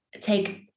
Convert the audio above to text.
take